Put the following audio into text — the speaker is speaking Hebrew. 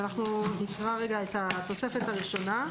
נקרא את התוספת הראשונה.